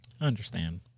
understand